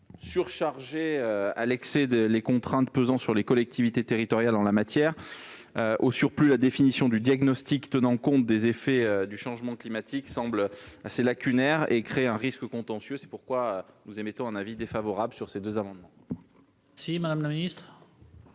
augmenter excessivement les contraintes pesant sur les collectivités territoriales en la matière. Au surplus, la définition du diagnostic tenant compte des effets du changement climatique semble assez lacunaire et crée un risque contentieux. C'est pourquoi la commission émet un avis défavorable sur ces amendements identiques.